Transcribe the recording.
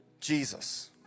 Jesus